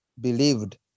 believed